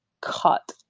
cut